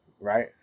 right